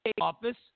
office